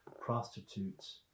prostitutes